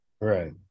Right